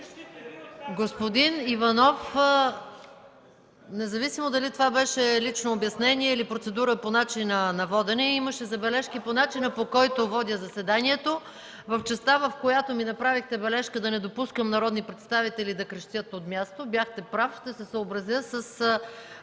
Господин Иванов, независимо дали това беше лично обяснение или процедура по начина на водене, имаше забележки по начина, по който водя заседанието. В частта, в която ми направихте забележка да не допускам народни представители да крещят от място, бяхте прав, ще се съобразя с